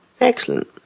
Excellent